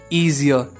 easier